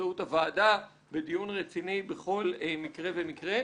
באמצעות הוועדה בדיון רציני בכל מקרה ומקרה.